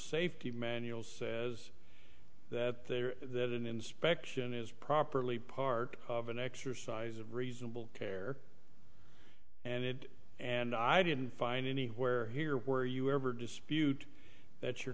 safety manual says that there that an inspection is properly part of an exercise of reasonable care and it and i didn't find anywhere here where you ever dispute that your